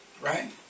Right